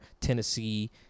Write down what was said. Tennessee